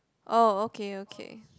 oh okay okay